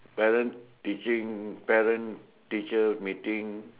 parent teaching parent teacher meeting